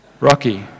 Rocky